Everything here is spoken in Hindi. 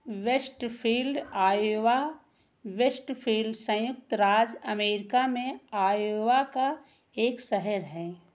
वेस्टफील्ड आयोवा वेस्टफील्ड संयुक्त राज्य अमेरिका में आयोवा का एक शहर है